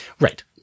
Right